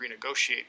renegotiate